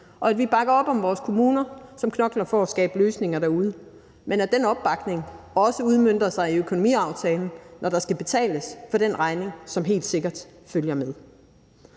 og at vi bakker op om vores kommuner, som knokler for at skabe løsninger derude, men at den opbakning også udmønter sig i økonomiaftalen, når den regning, som helt sikkert følger med,